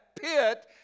pit